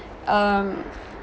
um